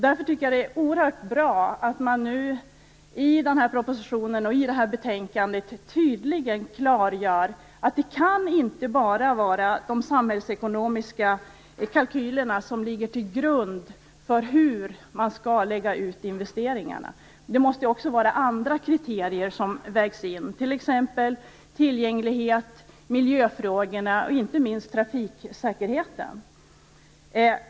Därför tycker jag att det är oerhört bra att man nu i denna proposition och i detta betänkande tydligt klargör att det inte bara skall vara de samhällsekonomiska kalkylerna som skall ligga till grund för hur investeringarna läggs ut. Också andra kriterier måste vägas in, t.ex. tillgänglighet, miljöfrågorna och inte minst trafiksäkerheten.